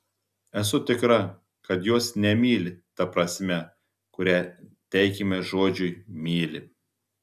esu tikra kad jos nemyli ta prasme kurią teikiame žodžiui myli